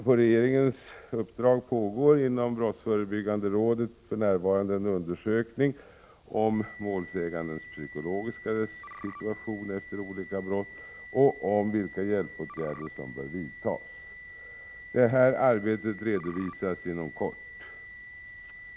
På regeringens uppdrag pågår inom Brottsförebyggande rådet för närvarande en undersökning om målsägandens psykologiska situation efter olika brott och om vilka hjälpåtgärder som bör vidtas. Detta arbete redovisas inom kort.